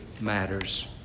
matters